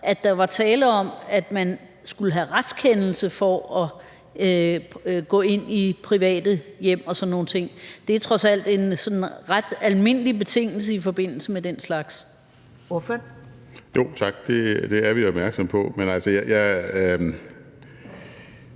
at der var tale om, at man skulle have retskendelse for at gå ind i private hjem og sådan nogle ting. Det er trods alt en ret almindelig betingelse i forbindelse med den slags. Kl. 15:57 Første næstformand (Karen Ellemann):